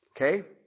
Okay